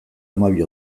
hamabi